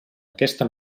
aquesta